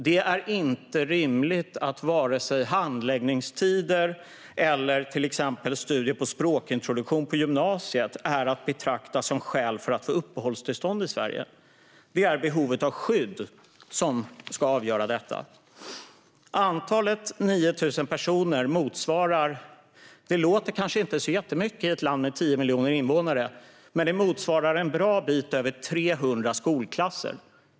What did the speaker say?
Det är inte rimligt att vare sig handläggningstider eller till exempel studier på språkintroduktion på gymnasiet är att betrakta som skäl för att få uppehållstillstånd i Sverige. Det är behovet av skydd som ska avgöra detta. Antalet 9 000 personer låter kanske inte så jättemycket i ett land med 10 miljoner invånare. Men det motsvarar en bra bit över 300 skolklasser.